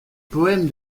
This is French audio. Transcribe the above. poèmes